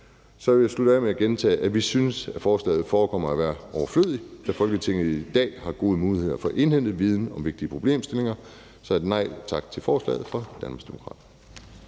Jeg vil slutte af med at gentage, at vi synes, at forslaget forekommer at være overflødigt, da Folketinget i dag har gode muligheder for at indhente viden om vigtige problemstillinger. Så det bliver et nej tak til forslaget fra Danmarksdemokraterne.